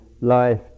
life